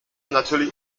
natürlich